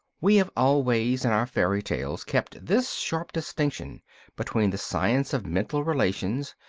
we have always in our fairy tales kept this sharp distinction between the science of mental relations,